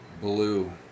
blue